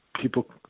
People